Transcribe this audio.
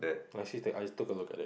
I actually take I took a look at it